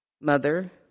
Mother